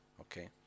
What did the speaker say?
Okay